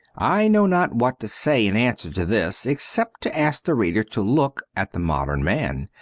i know not what to say in answer to this, except to ask the reader to look at the modern man,